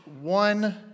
one